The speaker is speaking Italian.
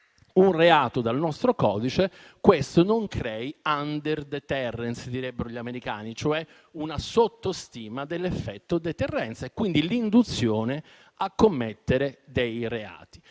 un reato dal nostro codice, questo non crei *underdeterrence*, come direbbero gli americani, cioè una sottostima dell'effetto deterrenza, quindi l'induzione a commettere reati.